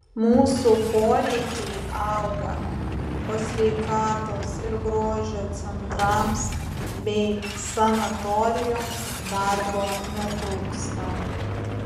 mūsų poreikiai auga o sveikatos ir grožio centrams bei sanatorijoms darbo netrūksta